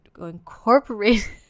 incorporate